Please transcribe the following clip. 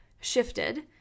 shifted